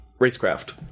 Racecraft